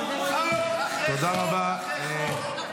חוק אחרי חוק אחרי חוק,